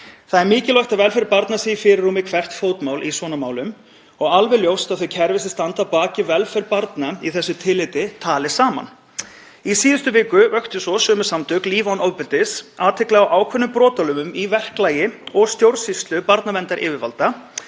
Það er mikilvægt að velferð barna sé í fyrirrúmi við hvert fótmál í svona málum og það sé alveg ljóst að þau kerfi sem standa að baki velferð barna í þessu tilliti tali saman. Í síðustu viku vöktu svo sömu samtök, Líf án ofbeldis, athygli á ákveðnum brotalömum í verklagi og stjórnsýslu barnaverndaryfirvalda